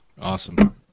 Awesome